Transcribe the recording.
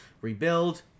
rebuild